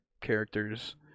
characters